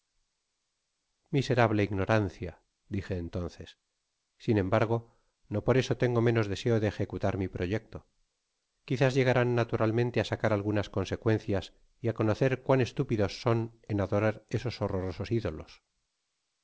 miserable ignorancia dije entonces sin embargo no por eso tengo menos deseo de ejecutar mi proyecto quizás llegarán naturalmente á sacar algunas consesoencias y á conocer cuán estúpidos son en adorar esos horrorosos idolos